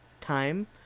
time